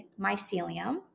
mycelium